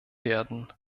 werden